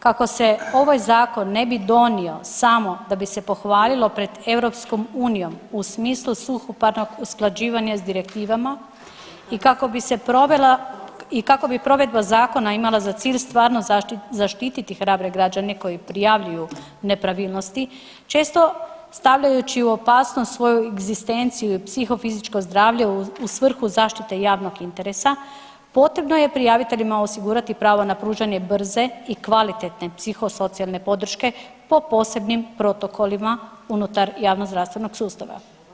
Kako se ovaj zakon ne bi donio samo da bi se pohvalilo pred EU u smislu suhoparnog usklađivanja sa direktivama i kako bi provedba zakona imala za cilj stvarno zaštititi hrabre građane koji prijavljuju nepravilnosti često stavljajući u opasnost svoju egzistenciju i psihofizičko zdravlje u svrhu zaštite javnog interesa potrebno je prijaviteljima osigurati pravo na pružanje brze i kvalitetne psihofizičke podrške po posebnim protokolima unutar javno zdravstvenog sustava.